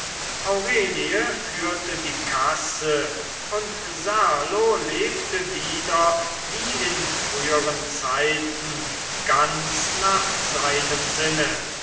aurelie führte die kasse und serlo lebte wieder wie in früheren zeiten ganz nach seinem sinne